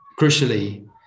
crucially